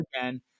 again